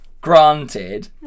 granted